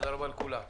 תודה רבה לכולם.